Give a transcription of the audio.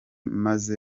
maze